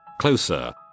Closer